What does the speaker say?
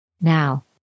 Now